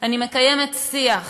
אני מקיימת שיח